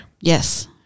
yes